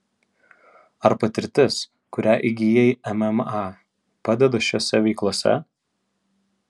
ar patirtis kurią įgijai mma padeda šiose veiklose